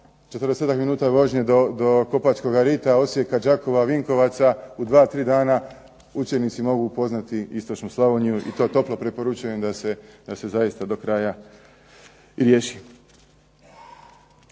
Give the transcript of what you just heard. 40-ak minuta vožnje do Kopačkoga Rita, Osijeka, Đakova, Vinkovaca. U 2, 3 dana učenici mogu upoznati istočnu Slavoniju i to toplo preporučujem da se zaista do kraja i riješi.